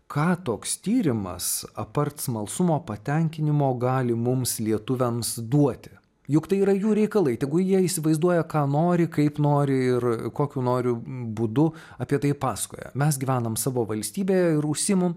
ką toks tyrimas apart smalsumo patenkinimo gali mums lietuviams duoti juk tai yra jų reikalai tegul jie įsivaizduoja ką nori kaip nori ir kokiu nori būdu apie tai paskoja mes gyvenam savo valstybėje ir užsiimam